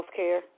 Healthcare